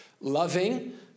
loving